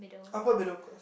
upper middle class